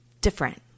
different